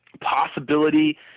Possibility